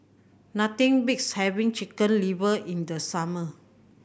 nothing beats having Chicken Liver in the summer